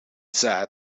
said